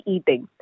Eating